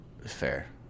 Fair